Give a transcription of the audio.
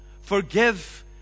Forgive